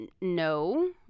No